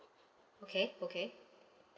okay okay